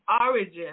origin